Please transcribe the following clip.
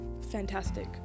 fantastic